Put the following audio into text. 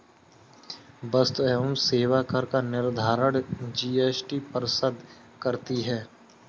वस्तु एवं सेवा कर का निर्धारण जीएसटी परिषद करती है